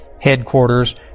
headquarters